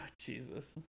Jesus